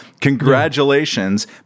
Congratulations